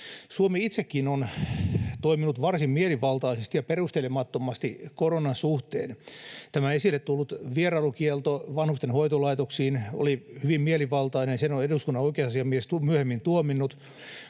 Suomi itsekin on toiminut varsin mielivaltaisesti ja perustelemattomasti koronan suhteen. Tämä esille tullut vierailukielto vanhusten hoitolaitoksiin oli hyvin mielivaltainen, ja sen on eduskunnan oikeusasiamies myöhemmin tuominnut